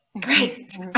great